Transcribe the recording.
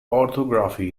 orthography